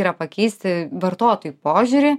yra pakeisti vartotojų požiūrį